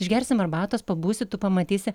išgersim arbatos pabūsi tu pamatysi